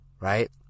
right